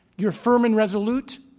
you're firm and resolute,